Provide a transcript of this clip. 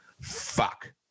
Fuck